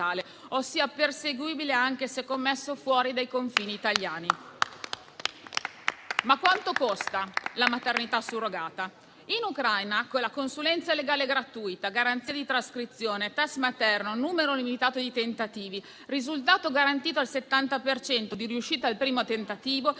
ossia perseguibile anche se commesso fuori dai confini italiani. Quanto costa la maternità surrogata? In Ucraina, con consulenza legale gratuita, garanzia di trascrizione, test materno, numero illimitato di tentativi e risultato garantito, 70 per cento di riuscita al primo tentativo,